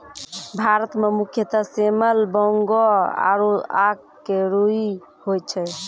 भारत मं मुख्यतः सेमल, बांगो आरो आक के रूई होय छै